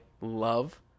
love